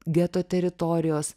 geto teritorijos